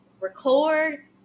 record